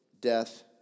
death